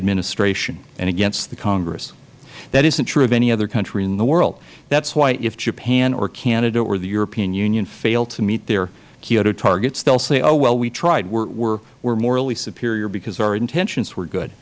administration and against the congress that isn't true of any other country in the world that is why if japan or canada or the european union fail to meet their kyoto targets they will say oh well we tried we are morally superior because our intentions were good